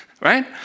right